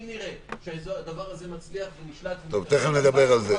אם נראה שהדבר הזה מצליח ונשלט --- תיכף נדבר על זה.